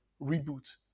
reboot